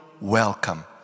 welcome